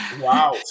wow